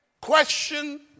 question